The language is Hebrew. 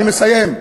אני מסיים.